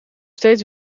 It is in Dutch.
steeds